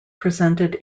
presented